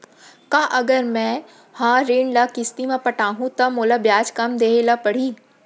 का अगर मैं हा ऋण ल किस्ती म पटाहूँ त मोला ब्याज कम देहे ल परही?